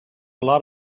lot